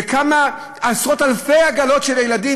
וכמה עשרות-אלפי עגלות של ילדים,